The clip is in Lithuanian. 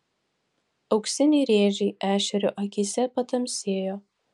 auksiniai rėžiai ešerio akyse patamsėjo